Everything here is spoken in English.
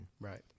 Right